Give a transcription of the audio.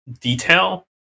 detail